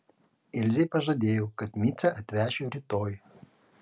ilzei pažadėjau kad micę atvešiu rytoj